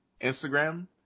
Instagram